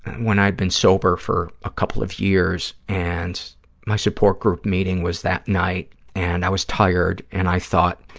when i'd been sober for a couple of years, and my support group meeting was that night and i was tired, and i thought,